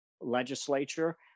legislature